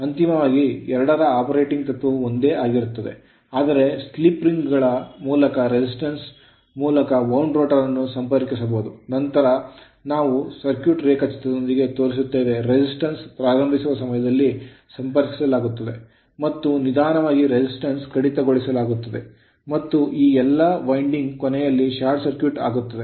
ಅಂತಿಮವಾಗಿ ಎರಡರ ಆಪರೇಟಿಂಗ್ ತತ್ವವು ಒಂದೇ ಆಗಿರುತ್ತದೆ ಆದರೆ ಸ್ಲಿಪ್ ರಿಂಗ್ ಗಳ ಮೂಲಕ resistance ಮೂಲಕ wound rotor ಅನ್ನು ಸಂಪರ್ಕಿಸಬಹುದು ನಂತರ ನಾವು ಸರ್ಕ್ಯೂಟ್ ರೇಖಾಚಿತ್ರದೊಂದಿಗೆ ತೋರಿಸುತ್ತೇವೆ resistance ಪ್ರಾರಂಭಿಸುವ ಸಮಯದಲ್ಲಿ ಸಂಪರ್ಕಿಸಲಾಗುತ್ತದೆ ಮತ್ತು ನಿಧಾನವಾಗಿ resistance ಕಡಿತಗೊಳಿಸಲಾಗುತ್ತದೆ ಮತ್ತು ಈ ಎಲ್ಲಾ ವೈಂಡಿಂಗ್ ಕೊನೆಯಲ್ಲಿ ಶಾರ್ಟ್ ಸರ್ಕ್ಯೂಟ್ ಆಗುತ್ತದೆ